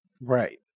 Right